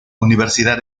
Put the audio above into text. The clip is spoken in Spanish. universidad